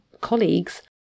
colleagues